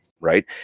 right